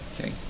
Okay